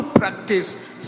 practice